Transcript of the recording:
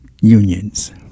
unions